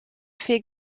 fait